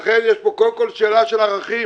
לכן יש פה קודם כל שאלה של ערכים